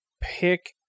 pick